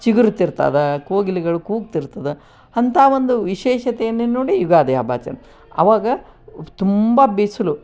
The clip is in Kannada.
ಚಿಗುರುತಿರ್ತದೆ ಕೋಗಿಲೆಗಳು ಕೂಗ್ತಿರ್ತದೆ ಅಂಥಾ ಒಂದು ವಿಶೇಷತೆಯನ್ನೇ ನೋಡಿ ಯುಗಾದಿ ಹಬ್ಬ ಆಚರಣೆ ಅವಾಗ ತುಂಬ ಬಿಸಿಲು